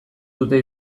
dute